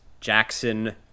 Jackson